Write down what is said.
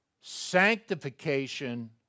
Sanctification